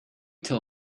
till